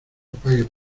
propague